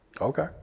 Okay